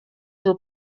were